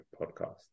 podcast